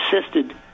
assisted